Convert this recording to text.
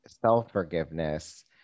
self-forgiveness